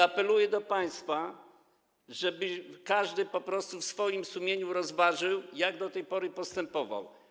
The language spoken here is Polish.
Apeluję do państwa, żeby po prostu każdy w swoim sumieniu rozważył, jak do tej pory postępował.